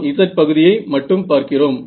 நாம் z பகுதியை மட்டும் பார்க்கிறோம்